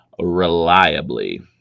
reliably